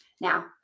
Now